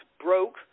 broke